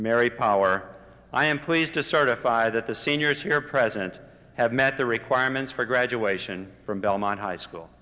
mary power i am pleased to certify that the seniors here president have met the requirements for graduation from belmont high school